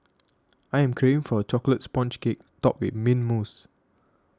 I am craving for a Chocolate Sponge Cake Topped with Mint Mousse